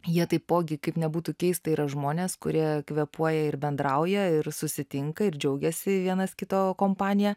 jie taipogi kaip nebūtų keista yra žmonės kurie kvėpuoja ir bendrauja ir susitinka ir džiaugiasi vienas kito kompanija